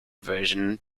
version